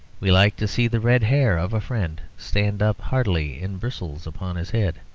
we like to see the red hair of a friend stand up hardily in bristles upon his head,